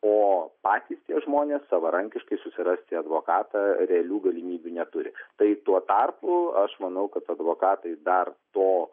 o patys tie žmonės savarankiškai susirasti advokatą realių galimybių neturi tai tuo tarpu aš manau kad advokatai dar to